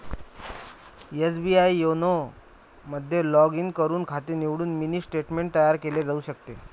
SBI YONO मध्ये log in करून खाते निवडून मिनी स्टेटमेंट तयार केले जाऊ शकते